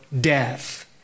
death